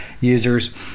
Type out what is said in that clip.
users